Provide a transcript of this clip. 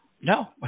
no